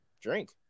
drink